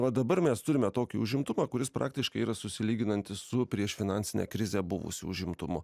va dabar mes turime tokį užimtumą kuris praktiškai yra susilyginantis su priešfinansine krize buvusiu užimtumu